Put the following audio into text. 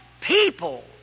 people